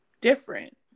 different